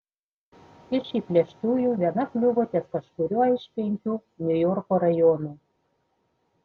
iš įplėštųjų viena kliuvo ties kažkuriuo iš penkių niujorko rajonų